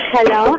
Hello